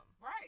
Right